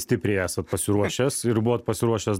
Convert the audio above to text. stipriai esat pasiruošęs ir buvot pasiruošęs